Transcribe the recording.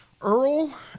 Earl